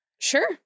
sure